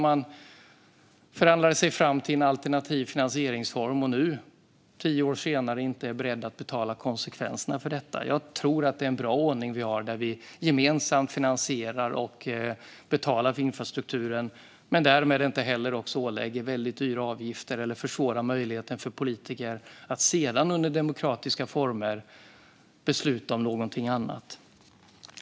Man förhandlade sig fram till en alternativ finansieringsform, och nu, tio år senare, är man inte beredd att betala för konsekvenserna av detta. Jag tror att det är en bra ordning vi har där vi gemensamt finansierar och betalar för infrastrukturen och därmed inte heller ålägger användarna väldigt dyra avgifter eller försvårar möjligheten för politiker att sedan, under demokratiska former, besluta om någonting annat.